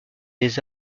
des